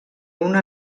una